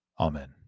Amen